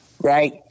Right